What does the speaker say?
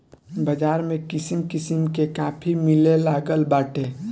बाज़ार में किसिम किसिम के काफी मिलेलागल बाटे